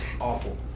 awful